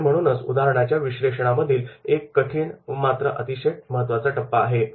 आणि म्हणूनच उदाहरणाच्या विश्लेषण यामधील हा एक अतिशय कठीण मात्र अतिशय महत्त्वाचा टप्पा आहे